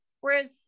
Whereas